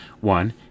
One